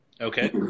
Okay